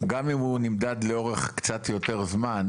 גם אם הוא נמדד לאורך קצת יותר זמן,